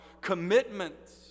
commitments